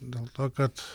dėl to kad